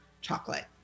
chocolate